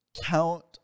count